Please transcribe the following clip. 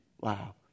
Wow